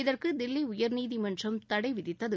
இதற்கு தில்லி உயர்நீதிமன்றம் தடை விதித்தது